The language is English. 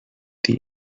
the